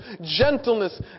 gentleness